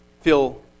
feel